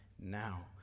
Now